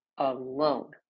alone